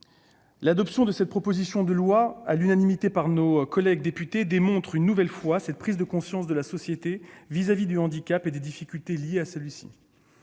L'adoption de cette proposition de loi à l'unanimité par nos collègues députés démontre, une nouvelle fois, la prise de conscience de la société vis-à-vis du handicap et des difficultés liées à celui-ci.